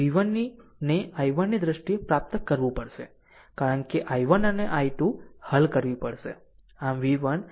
આમ v1 ને i1 ની દ્રષ્ટિએ પ્રાપ્ત કરવું પડશે કારણ કે i1 અને i2 હલ કરવી પડશે